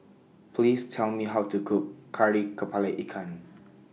Please Tell Me How to Cook Kari Kepala Ikan